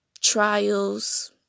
Trials